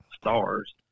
stars